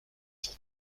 son